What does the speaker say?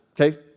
Okay